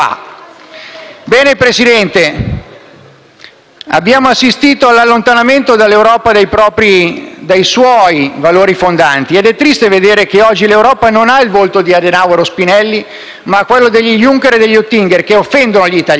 Bene, Presidente, abbiamo assistito all'allontanamento dell'Europa dai propri valori fondanti ed è triste vedere che oggi l'Europa non ha il volto di Adenauer o Spinelli ma quello degli Juncker e degli Oettinger che offendono gli italiani.